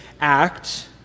act